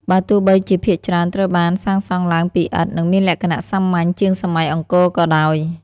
បើទោះបីជាភាគច្រើនត្រូវបានសាងសង់ឡើងពីឥដ្ឋ និងមានលក្ខណៈសាមញ្ញជាងសម័យអង្គរក៏ដោយ។